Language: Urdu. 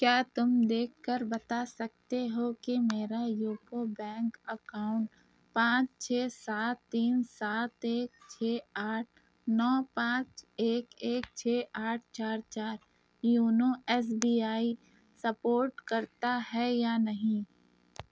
کیا تم دیکھ کر بتا سکتے ہو کہ میرا یوکو بینک اکاؤنٹ پانچ چھ سات تین سات ایک چھ آٹھ نو پانچ ایک ایک چھ آٹھ چار چار YONO S B I support کرتا ہے یا نہیں